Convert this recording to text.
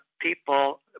people